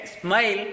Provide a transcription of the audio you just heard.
smile